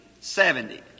seventy